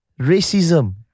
racism